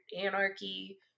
anarchy